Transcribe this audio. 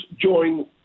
join